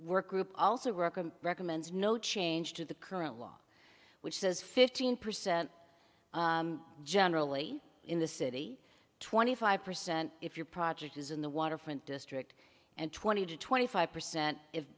work group also recommends no change to the current law which says fifteen percent generally in the city twenty five percent if your project is in the waterfront district and twenty to twenty five percent if